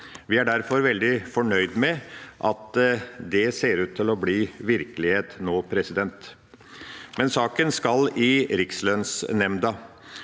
Vi er derfor veldig fornøyd med at det ser ut til å bli virkelighet nå. Saken skal i Rikslønnsnemnda.